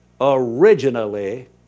originally